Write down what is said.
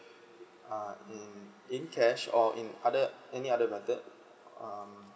uh in in cash or in other any other method um